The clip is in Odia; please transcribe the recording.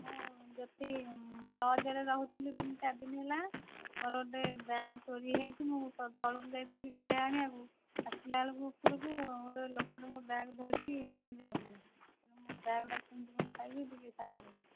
ମୁଁ ଜ୍ୟୋତି ଲଜ୍ରେ ରହୁଥିଲି ତିନି ଚାରି ଦିନ ହେଲା ମୋର ଗୋଟେ ବ୍ୟାଗ୍ ଚୋରି ହୋଇଯାଇଛି ମୁଁ ତଳକୁ ଯାଇଥିଲି ଖାଇବାକୁ ଆଣିବାକୁ ଆସିଲାବେଳକୁ ଉପରକୁ ଗୋଟେ ଲୋକଟେ ମୋ ବ୍ୟାଗ୍ ଧରିକି ନେଇକି ଯାଉଥିଲା ମୋ ବ୍ୟାଗ୍ଟା ମୁଁ କେମିତି କ'ଣ ପାଇବି ଟିକିଏ ସାହାଯ୍ୟ କରିବେ